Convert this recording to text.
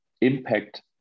impact